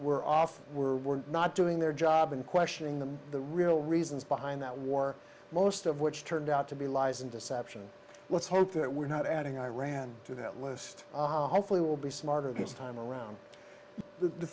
off were we're not doing their job and questioning them the real reasons behind that war most of which turned out to be lies and deception let's hope that we're not adding iran to that list hopefully will be smarter kids time around the